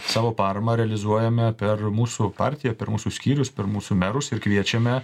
savo paramą realizuojame per mūsų partiją per mūsų skyrius per mūsų merus ir kviečiame